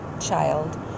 child